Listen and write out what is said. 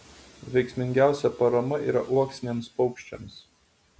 veiksmingiausia parama yra uoksiniams paukščiams